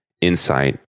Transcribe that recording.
insight